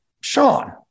Sean